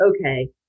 okay